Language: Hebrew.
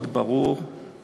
מאוד ברור,